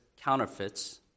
counterfeits